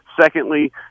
Secondly